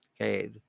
Okay